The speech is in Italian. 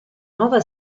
nuova